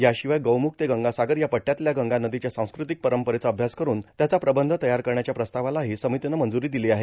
याशिवाय गौमुख ते गंगा सागर या पट्ट्यातल्या गंगा नदीच्या सांस्कृतिक परंपरेचा अभ्यास करून त्याचा प्रबंध तयार करण्याच्या प्रस्तावालाही समितीनं मंजूरी दिली आहे